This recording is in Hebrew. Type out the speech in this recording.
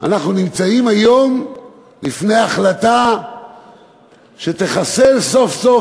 אנחנו נמצאים היום לפני החלטה שתחסל סוף-סוף